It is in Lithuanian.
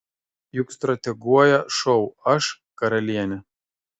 juk strateguoja šou aš karalienė